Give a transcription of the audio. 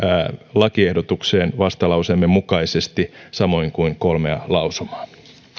lakiehdotukseen vastalauseemme mukaisesti samoin kuin kolmea lausumaa